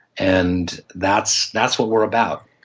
and that's that's what we're about.